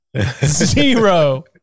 zero